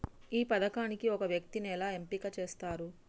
ఈ పథకానికి ఒక వ్యక్తిని ఎలా ఎంపిక చేస్తారు?